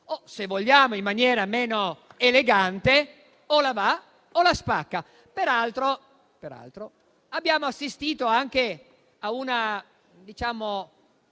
(o, se vogliamo in maniera meno elegante: "o la va o la spacca"). Peraltro, abbiamo assistito anche a una nuova